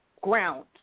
ground